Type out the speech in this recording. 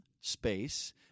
space